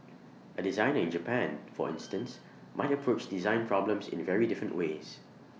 A designer in Japan for instance might approach design problems in very different ways